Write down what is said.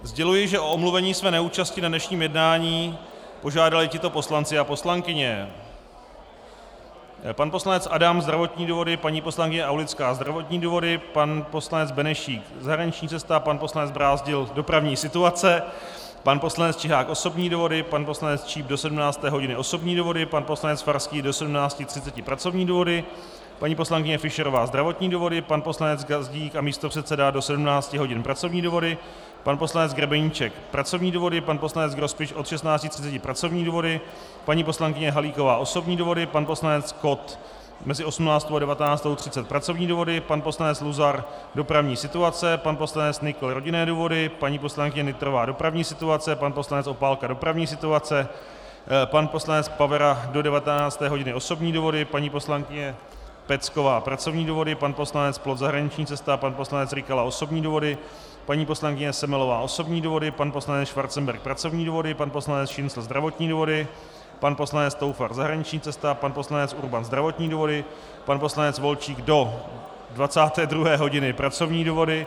Sděluji, že o omluvení své neúčasti na dnešním jednání požádali tito poslanci a poslankyně: pan poslanec Adam zdravotní důvody, paní poslankyně Aulická zdravotní důvody, pan poslanec Benešík zahraniční cesta, pan poslanec Brázdil dopravní situace, pan poslanec Čihák osobní důvody, pan poslanec Číp do 17 hodin osobní důvody, pan poslanec Farský do 17.30 hodin pracovní důvody, paní poslankyně Fischerová zdravotní důvody, pan poslanec Gazdík a místopředseda do 17 hodin pracovní důvody, pan poslanec Grebeníček pracovní důvody, pan poslanec Grospič od 16.30 hodin pracovní důvody, paní poslankyně Halíková osobní důvody, pan poslanec Kott mezi 18. a 19.30 hodin pracovní důvody, pan poslanec Luzar dopravní situace, pan poslanec Nykl rodinné důvody, paní poslankyně Nytrová dopravní situace, pan poslanec Opálka dopravní situace, pan poslanec Pavera do 19. hodiny osobní důvody, paní poslankyně Pecková pracovní důvody, pan poslanec Ploc zahraniční cesta, pan poslanec Rykala osobní důvody, paní poslankyně Semelová osobní důvody, pan poslanec Schwarzenberg pracovní důvody, pan poslanec Šincl zdravotní důvody, pan poslanec Toufar zahraniční cesta, pan poslanec Urban zdravotní důvody, pan poslanec Volčík do 22. hodiny pracovní důvody.